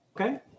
Okay